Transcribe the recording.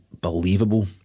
believable